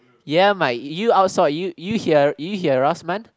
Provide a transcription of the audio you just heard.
ya Mike you outsource you hear you hear us man